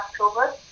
October